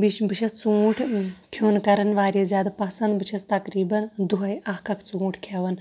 بیٚیہِ چھِ بہٕ چھَس ژوٗنٛٹھ کھیوٚن کَران واریاہ زیادٕ پَسنٛد بہٕ چھٮ۪س تقریٖباً دۄہَے اَکھ اَکھ ژوٗنٛٹھ کھٮ۪وان